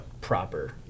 proper